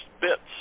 bits